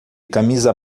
camisa